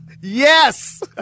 yes